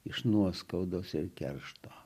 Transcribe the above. iš nuoskaudos ir keršto